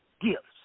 gifts